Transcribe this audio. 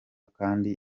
kandi